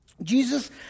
Jesus